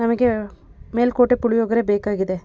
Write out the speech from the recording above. ನಮಗೇ ಮೇಲುಕೋಟೆ ಪುಳಿಯೊಗರೆ ಬೇಕಾಗಿದೆ